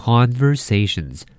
Conversations